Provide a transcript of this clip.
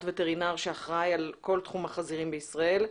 וטרינר שאחראי על כל תחום החזירים בישראל.